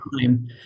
time